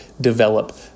develop